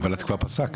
אבל את כבר פסקת.